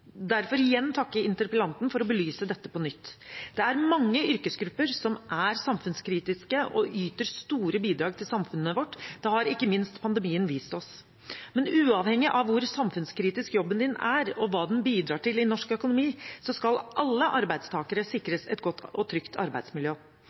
Derfor vil jeg igjen takke interpellanten for å belyse dette på nytt. Det er mange yrkesgrupper som er samfunnskritiske og yter store bidrag til samfunnet vårt. Det har ikke minst pandemien vist oss. Men uavhengig av hvor samfunnskritisk jobben er, og hva den bidrar til i norsk økonomi, skal alle arbeidstakere